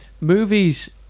movies